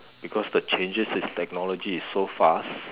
because the changes in technology is so fast